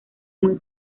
muy